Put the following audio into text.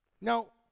Now